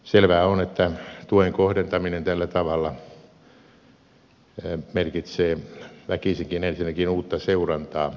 selvää on että tuen kohdentaminen tällä tavalla merkitsee väkisinkin ensinnäkin uutta seurantaa ja raportointia